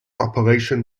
operation